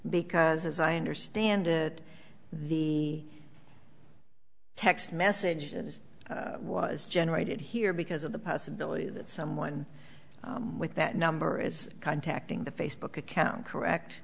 because as i understand it the text message was generated here because of the possibility that someone with that number is contacting the facebook account correct